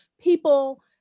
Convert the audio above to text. people